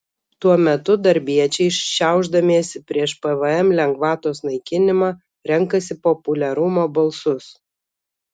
tuo metu darbiečiai šiaušdamiesi prieš pvm lengvatos naikinimą renkasi populiarumo balsus